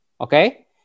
okay